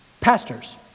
Pastors